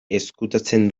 ezkutatzen